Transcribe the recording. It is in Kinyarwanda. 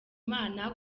imana